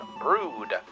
brood